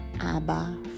Abba